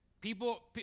People